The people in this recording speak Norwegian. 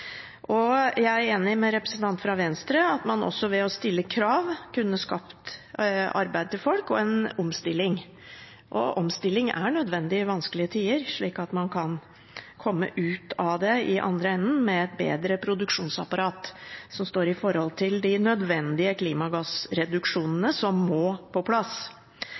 Jeg er enig med representanten fra Venstre i at man også ved å stille krav kunne skapt arbeid til folk og en omstilling. Omstilling er nødvendig i vanskelige tider slik at man kan komme ut av det i andre enden med et bedre produksjonsapparat, som står i forhold til de nødvendige klimagassreduksjonene som må på plass.